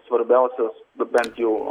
svarbiausios nu bent jau